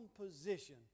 position